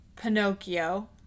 Pinocchio